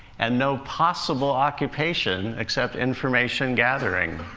and no possible occupation except information gathering.